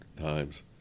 times